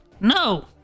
no